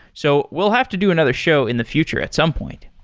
so, we'll have to do another show in the future at some point.